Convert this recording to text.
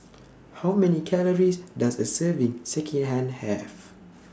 How Many Calories Does A Serving Sekihan Have